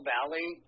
Valley